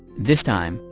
this time,